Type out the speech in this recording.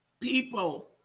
People